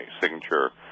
signature